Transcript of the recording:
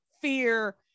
fear